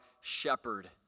shepherd